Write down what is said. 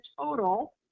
total